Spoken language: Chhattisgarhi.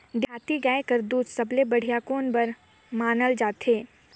देहाती गाय कर दूध सबले बढ़िया कौन बर मानल जाथे?